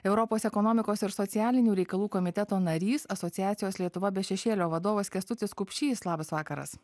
europos ekonomikos ir socialinių reikalų komiteto narys asociacijos lietuva be šešėlio vadovas kęstutis kupšys labas vakaras